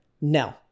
No